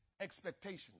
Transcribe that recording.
expectations